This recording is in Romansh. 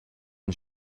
ils